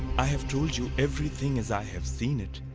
i have told you everything as i have seen it.